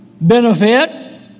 benefit